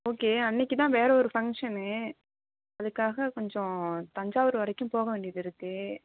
okay அன்றைக்கி தான் வேறு ஒரு ஃபங்க்ஷனு அதுக்காக கொஞ்சம் தஞ்சாவூர் வரைக்கும் போக வேண்டியது இருக்குது